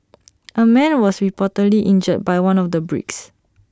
A man was reportedly injured by one of the bricks